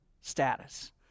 status